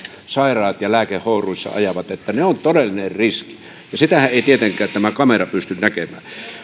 sairaat ja lääkehouruissa ajavat ja he ovat todellinen riski ja sitähän ei tietenkään kamera pysty näkemään